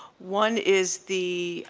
one is the,